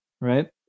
right